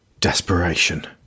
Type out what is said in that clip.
Desperation